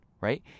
right